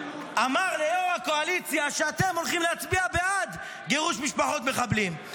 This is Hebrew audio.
אמר לראש הקואליציה שאתם הולכים להצביע בעד גירוש משפחות מחבלים.